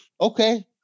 Okay